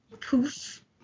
poof